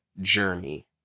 journey